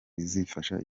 bizafasha